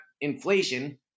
inflation